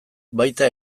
baita